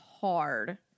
hard